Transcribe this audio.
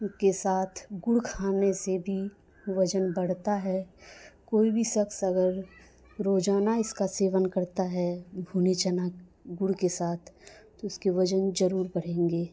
کے ساتھ گڑ کھانے سے بھی وزن بڑھتا ہے کوئی بھی شخص اگر روزانہ اس کا سیون کرتا ہے بھنے چنا گڑ کے ساتھ تو اس کے وزن ضرور بڑھیں گے